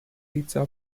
pizza